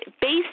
based